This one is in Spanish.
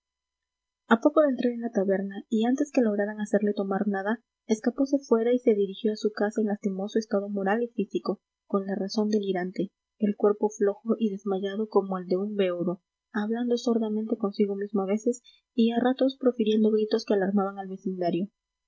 a poco de entrar en la taberna y antes que lograran hacerle tomar nada escapose fuera y se dirigió a su casa en lastimoso estado moral y físico con la razón delirante el cuerpo flojo y desmayado como el de un beodo hablando sordamente consigo mismo a veces y a ratos profiriendo gritos que alarmaban al vecindario